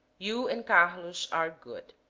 you and carlos are good.